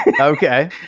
okay